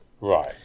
Right